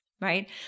right